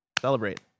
Celebrate